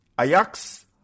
Ajax